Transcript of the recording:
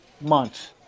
months